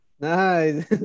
Nice